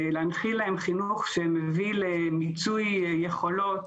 להנחיל להם חינוך שמביא למיצוי יכולות,